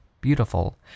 beautiful